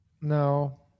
No